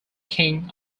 king